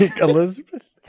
Elizabeth